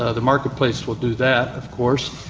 ah the marketplace will do that of course.